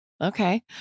Okay